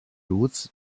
如此